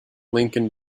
lincoln